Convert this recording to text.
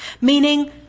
Meaning